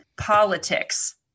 politics